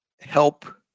help